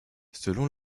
selon